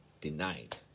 denied